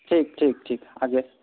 ٹھیک ٹھیک ٹھیک آگے